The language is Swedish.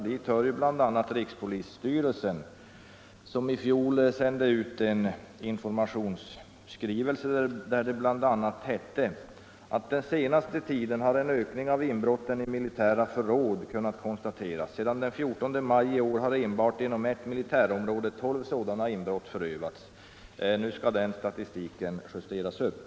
Dit hör rikspolisstyrelsen, som i fjol sände ut en informationsskrivelse där det bl.a. hette: ”Den senaste tiden har en ökning av inbrotten vid militära förråd kunnat konstateras. Sedan den 14 maj i år har enbart inom ett militärområde tolv sådana inbrott förövats.” — Nu skall den statistiken justeras upp.